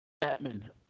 Batman